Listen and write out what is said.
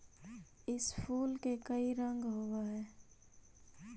इस फूल के कई रंग होव हई